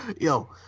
Yo